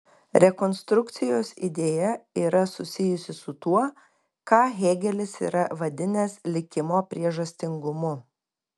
rekonstrukcijos idėja yra susijusi su tuo ką hėgelis yra vadinęs likimo priežastingumu